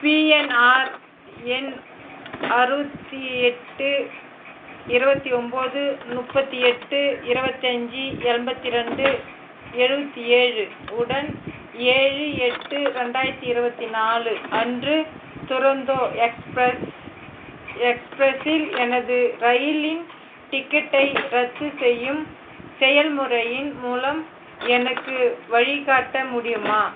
PNR எண் அறுபத்தி எட்டு இருபத்தி ஒன்போது முப்பத்தி எட்டு இருபத்தஞ்சி எண்பத்தி ரெண்டு எழுபத்தி ஏழு உடன் ஏழு எட்டு ரெண்டாயிரத்தி இருபத்தி நாலு அன்று துரந்தோ எக்ஸ்ப்ரஸ் எக்ஸ்ப்ரஸில் எனது ரயிலின் டிக்கெட்டை ரத்து செய்யும் செயல்முறையின் மூலம் எனக்கு வழிகாட்ட முடியுமா